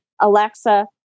Alexa